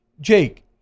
Jake